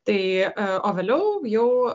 tai o vėliau jau